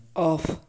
off